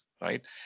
right